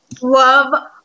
love